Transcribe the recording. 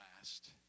last